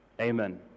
amen